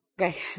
Okay